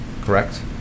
Correct